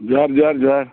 ଜୁହାର୍ ଜୁହାର୍ ଜୁହାର୍